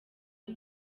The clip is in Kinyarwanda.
ubu